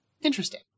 Interesting